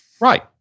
Right